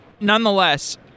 nonetheless